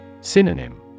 Synonym